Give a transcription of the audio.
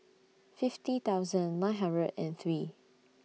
fifty thousand nine hundred and three